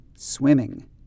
swimming